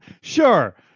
Sure